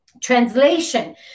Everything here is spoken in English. translation